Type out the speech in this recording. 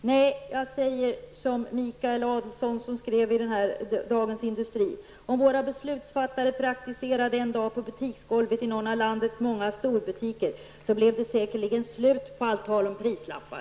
Nej, jag säger som Michael Adielson skriver i en artikel i Dagens Industri: Om våra beslutsfattare praktiserade en dag på butiksgolvet i en av landets många storbutiker, så blev det säkerligen slut på allt tal om prislappar.